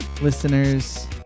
listeners